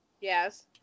Yes